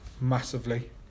massively